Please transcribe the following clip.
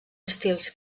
estils